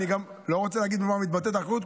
אני גם לא רוצה להגיד במה מתבטאת האחריות,